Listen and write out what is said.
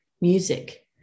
music